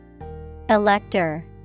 Elector